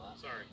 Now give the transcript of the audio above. Sorry